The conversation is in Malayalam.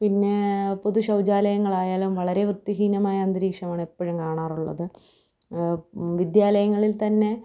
പിന്നെ പൊതു ശൗചാലയങ്ങളായാലും വളരെ വൃത്തിഹീനമായ അന്തരീക്ഷമാണെപ്പഴും കാണാറുള്ളത് വിദ്യാലയങ്ങളിൽ തന്നെ